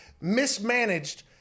mismanaged